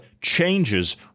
changes